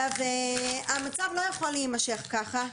המצב לא יכול להימשך ככה.